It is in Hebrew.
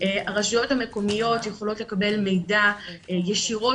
הרשויות המקומיות יכולות לקבל מידע ישירות